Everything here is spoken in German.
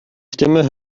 stimme